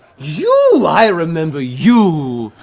you! i remember you.